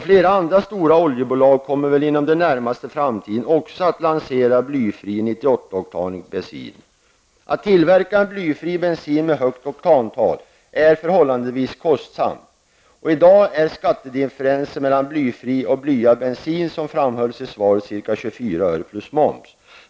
Flera andra stora oljebolag kommer inom den närmaste tiden att lansera blyfri 98-oktanig bensin. Att tillverka blyfri bensin med högt oktantal är förhållandevis kostsamt. I dag är skattedifferensen mellan blyfri och blyad bensin, som framhålls i svaret, 24 öre plus moms.